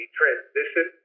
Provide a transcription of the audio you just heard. transition